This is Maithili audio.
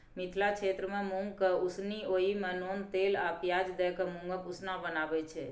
मिथिला क्षेत्रमे मुँगकेँ उसनि ओहि मे नोन तेल आ पियाज दए मुँगक उसना बनाबै छै